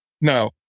no